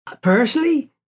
Personally